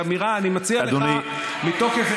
הן מקוממות גם אותי,